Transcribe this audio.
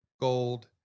gold